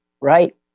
right